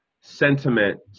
sentiment